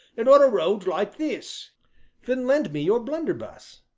and on a road like this then lend me your blunderbuss.